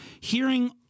hearing